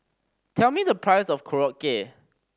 tell me the price of Korokke